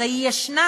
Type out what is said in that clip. הרי היא ישנה.